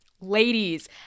Ladies